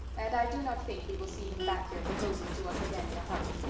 and i do not think we will see him back here proposing to us again in a hurry.